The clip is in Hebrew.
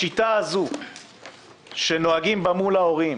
השיטה הזו שנוהגים בה מול ההורים